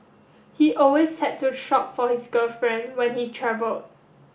he always had to shop for his girlfriend when he travelled